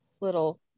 little